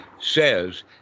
says